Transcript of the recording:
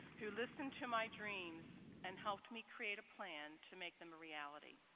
who listened to my dreams and helped me create a plan to make them a reality.